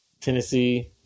Tennessee